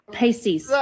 pasties